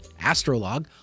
Astrolog